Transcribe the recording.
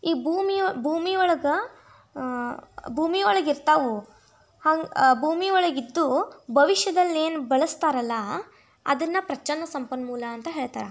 ಈ ಭೂಮಿಯು ಭೂಮಿ ಒಳಗೆ ಭೂಮಿ ಒಳಗೆ ಇರ್ತಾವೆ ಹಾಗ್ ಭೂಮಿ ಒಳಗೆ ಇದ್ದು ಭವಿಷ್ಯದಲ್ಲಿ ಏನು ಬಳಸ್ತಾರಲ್ಲಾ ಅದನ್ನು ಪ್ರಚ್ಛನ್ನ ಸಂಪನ್ಮೂಲ ಅಂತ ಹೇಳ್ತಾರೆ